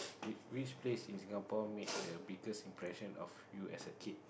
which which place in Singapore makes the biggest impression of you as a kid